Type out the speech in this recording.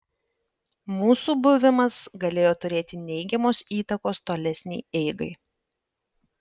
mūsų buvimas galėjo turėti neigiamos įtakos tolesnei eigai